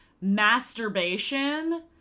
Masturbation